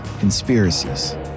conspiracies